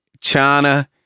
china